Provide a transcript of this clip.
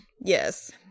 Yes